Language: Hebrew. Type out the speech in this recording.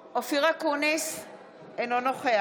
המזכירה תקרא את שמות חברי הכנסת שלא הצביעו.